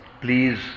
please